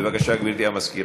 בבקשה, גברתי המזכירה.